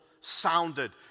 sounded